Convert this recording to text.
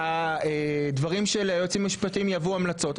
הדברים של היועצים המשפטיים יהוו המלצות,